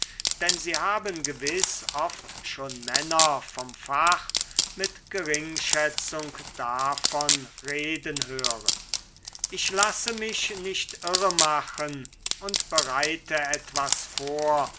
denn sie haben gewiß oft schon männer vom fach mit geringschätzung davon reden hören ich lasse mich nicht irremachen und bereite etwas vor